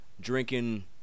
drinking